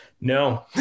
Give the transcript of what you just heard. No